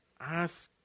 ask